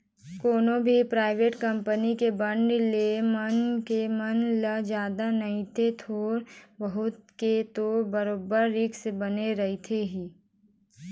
कोनो भी private company के बांड के ले म मनखे मन ल जादा नइते थोर बहुत के तो बरोबर रिस्क बने रहिथे ही